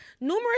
numerous